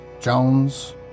Jones